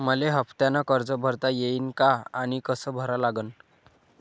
मले हफ्त्यानं कर्ज भरता येईन का आनी कस भरा लागन?